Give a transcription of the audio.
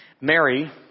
Mary